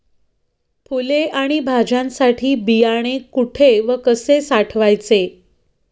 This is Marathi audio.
फुले आणि भाज्यांसाठी बियाणे कुठे व कसे साठवायचे?